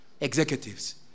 executives